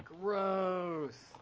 Gross